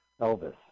Elvis